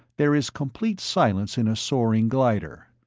there is complete silence in a soaring glider.